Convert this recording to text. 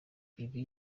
ibi